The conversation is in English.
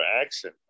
action